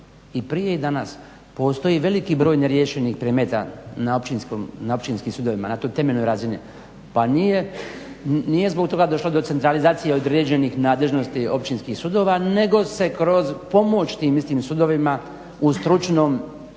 i prije i danas postoji veliki broj neriješenih predmeta na općinskim sudovima, na tu temelju razine. Pa nije zbog toga došlo do centralizacije određenih nadležnosti općinskih sudova nego se kroz pomoć tim istim sudovima u stručnom i